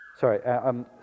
Sorry